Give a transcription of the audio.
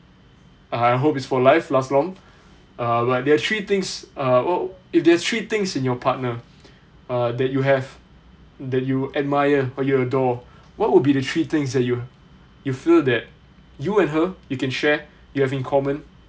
I hope is for life last long uh there are three things uh oh if there's three things in your partner uh that you have that you admire or you adore what would be the three things that you you feel that you and her you can share you have in common